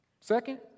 Second